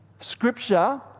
Scripture